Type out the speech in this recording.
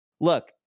look